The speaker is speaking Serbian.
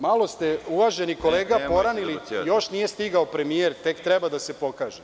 Malo ste uvaženi kolega poranili, još nije stigao premijer, tek treba da se pokažete.